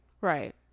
Right